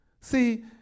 See